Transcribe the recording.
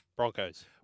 Broncos